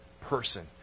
person